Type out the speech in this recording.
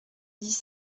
dix